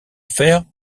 faire